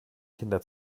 kinder